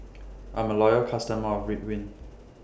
I'm A Loyal customer of Ridwind